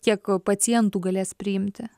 kiek pacientų galės priimti